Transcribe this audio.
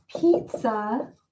pizza